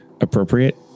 appropriate